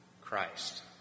Christ